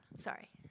sorry